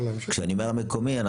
כשאני אומר המקומי,